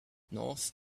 north